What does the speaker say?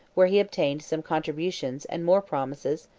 where he obtained some contributions and more promises,